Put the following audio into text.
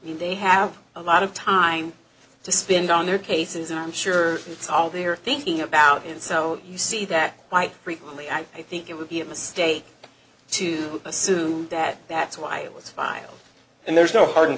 they have a lot of time to spend on their cases and i'm sure that's all they're thinking about and so you see that quite frequently i think it would be a mistake to assume that that's why it was filed and there's no hard and